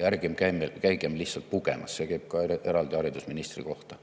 Ja ärgem käigem lihtsalt pugemas. See käib ka eraldi haridusministri kohta.